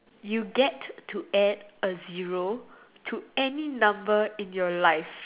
you get to add a zero to any number in your life